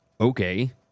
okay